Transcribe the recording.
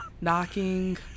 knocking